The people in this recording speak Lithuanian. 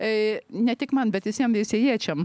a ne tik man bet visiem veisiejiečiam